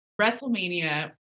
WrestleMania